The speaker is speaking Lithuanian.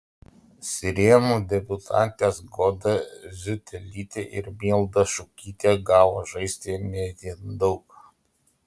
sirenų debiutantės goda ziutelytė ir milda šukytė gavo žaisti ne itin daug